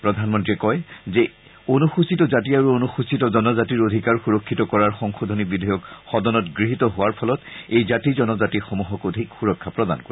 শ্ৰীমোডীয়ে কৈছে যে অনুসূচিত জাতি আৰু অনুসূচিত জনজাতিৰ অধিকাৰ সুৰক্ষিত কৰাৰ সংশোধনী বিধেয়ক গৃহীত হয় যাৰফলত এই জাতি জনজাতিসমূহৰ অধিক সুৰক্ষা প্ৰদান কৰিব